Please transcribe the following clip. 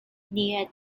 near